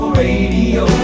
radio